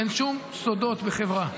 אין שום סודות בחברה.